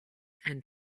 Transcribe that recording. and